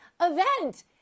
event